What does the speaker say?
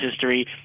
history